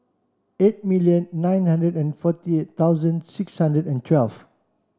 eight million nine hundred and forty eight thousand six hundred and twelve